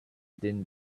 din